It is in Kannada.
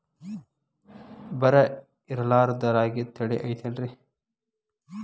ಬರ ಇರಲಾರದ್ ರಾಗಿ ತಳಿ ಐತೇನ್ರಿ?